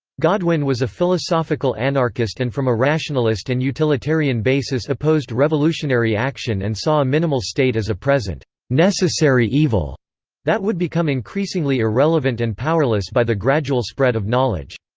godwin was a philosophical anarchist and from a rationalist and utilitarian basis opposed revolutionary action and saw a minimal state as a present necessary evil that would become increasingly irrelevant and powerless by the gradual spread of knowledge.